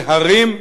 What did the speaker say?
להרים,